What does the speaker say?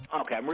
Okay